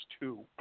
two